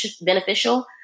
beneficial